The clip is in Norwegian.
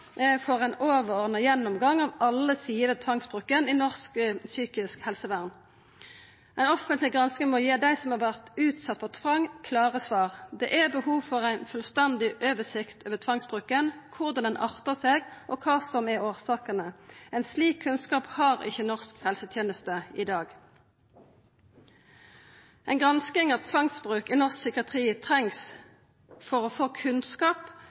for ein overordna gjennomgang av alle sider ved tvangsbruken i norsk psykisk helsevern. Ei offentleg gransking må gi dei som har vorte utsette for tvang, klare svar. Det er behov for ei fullstendig oversikt over tvangsbruken, korleis han artar seg, og kva som er årsakene. Ein slik kunnskap har ikkje norsk helseteneste i dag. Ei gransking av tvangsbruken i norsk psykiatri trengst for å få kunnskap